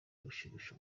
ugushimisha